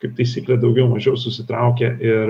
kaip taisyklė daugiau mažiau susitraukia ir